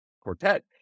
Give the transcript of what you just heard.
quartet